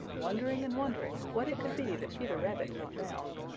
wondering and wondering what it could be that peter rabbit had found.